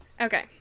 okay